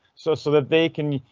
so so that they can.